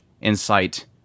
Insight